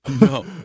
No